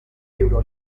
euro